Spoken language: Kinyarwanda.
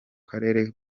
karere